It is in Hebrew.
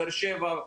בבאר שבע,